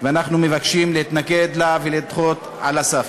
ואנחנו מבקשים להתנגד לה ולדחות על הסף.